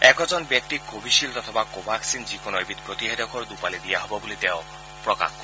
একোজন ব্যক্তিক কোভিখিল্ড অথবা কোভাক্সিন যিকোনো এবিধ প্ৰতিষেধকৰে দুপালি দিয়া হব বুলি তেওঁ প্ৰকাশ কৰে